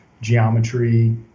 geometry